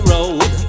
Road